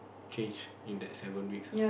change in that seven weeks lah